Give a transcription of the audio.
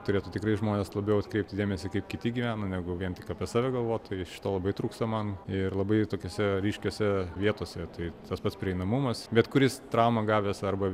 turėtų tikrai žmonės labiau atkreipti dėmesį kaip kiti gyvena negu vien tik apie save galvot tai šito labai trūksta man ir labai tokiose ryškiose vietose tai tas pats prieinamumas bet kuris traumą gavęs arba